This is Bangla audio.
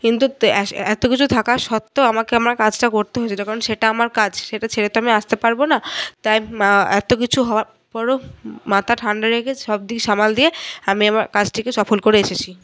কিন্তু তো এত কিছু থাকা সত্ত্বেও আমাকে আমার কাজটা করতে হয়েছিল কারণ সেটা আমার কাজ সেটা ছেড়ে তো আমি আসতে পারব না তাই এতো কিছু হওয়ার পরও মাথা ঠান্ডা রেখে সবদিক সামাল দিয়ে আমি আমার কাজটিকে সফল করে এসেছি